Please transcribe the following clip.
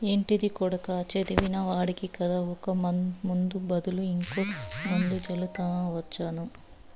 ఏంటిది కొడకా చదివిన వాడివి కదా ఒక ముందు బదులు ఇంకో మందు జల్లవచ్చునా